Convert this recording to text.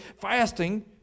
fasting